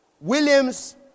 williams